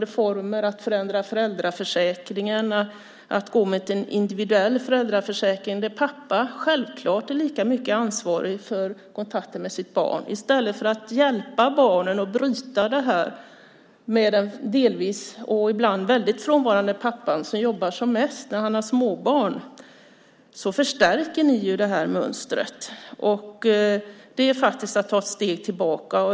Ni gör det i stället för att förändra föräldraförsäkringen och gå mot en individuell föräldraförsäkring där pappan självklart är lika ansvarig för kontakten med sitt barn. Ni gör det i stället för att hjälpa barnen och bryta mönstret med en delvis och ibland väldigt frånvarande pappa som jobbar som mest när barnen är små. Detta är faktiskt att ta ett steg tillbaka!